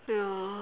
ya